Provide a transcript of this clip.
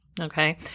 okay